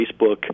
Facebook